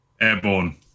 Airborne